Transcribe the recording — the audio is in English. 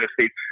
States